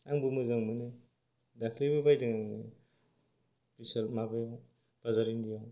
आंबो मोजां मोनो दाख्लैबो बायदों आङो बिशाल माबायाव बाजार इन्डियाआव